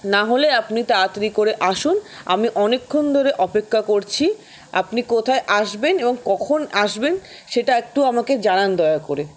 নাহলে আপনি তাড়াতাড়ি করে আসুন আমি অনেকক্ষণ ধরে অপেক্ষা করছি আপনি কোথায় আসবেন এবং কখন আসবেন সেটা একটু আমাকে জানান দয়া করে